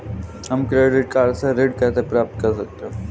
हम credit card से ऋण कैसे प्राप्त कर सकते हैं?